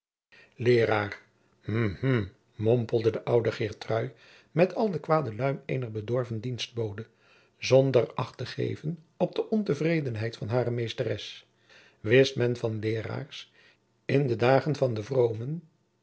hm mompelde de oude geertrui met al den kwaden luim eener bedorven dienstbode zonder acht te geven op de ontevredenheid van hare meesteres wist men van leeraars in de dagen van den vroomen